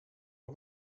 att